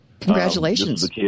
Congratulations